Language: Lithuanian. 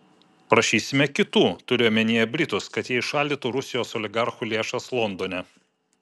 prašysime kitų turiu omenyje britus kad jie įšaldytų rusijos oligarchų lėšas londone